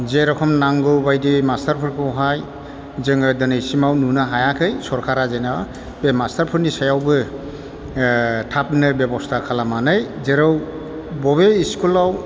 जेरखम नांगौ बायदि मास्टारफोरखौहाय जोङो दिनैसिमाव नुनो हायाखै सरखारा जेन' बे मास्टारफोरनि सायावबो ओ थाबनो बेबस्था खालामनानै जेराव बबे इस्कुलाव